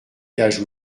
cage